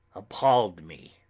appalled me.